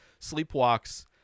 sleepwalks